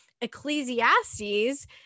Ecclesiastes